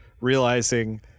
realizing